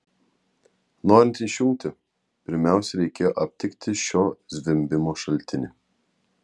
norint išjungti pirmiausia reikėjo aptikti šio zvimbimo šaltinį